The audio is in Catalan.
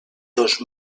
dos